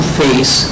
face